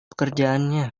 pekerjaannya